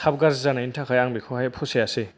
थाब गाज्रि जानायनि थाखाय आं बेखौहाय फसायासै